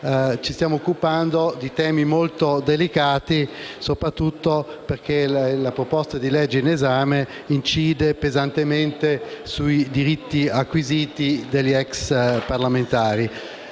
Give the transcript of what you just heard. ci stiamo occupando di temi molto delicati, considerato soprattutto che la proposta di legge in esame incide pesantemente sui diritti acquisiti degli ex parlamentari.